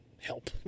help